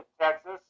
Texas